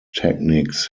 techniques